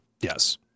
Yes